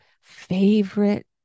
favorite